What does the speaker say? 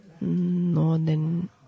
northern